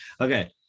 Okay